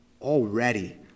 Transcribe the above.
already